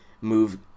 move